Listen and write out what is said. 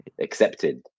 accepted